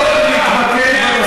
מה אתה אומר?